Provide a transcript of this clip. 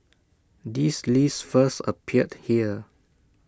this list first appeared here